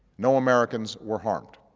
no americans were harmed.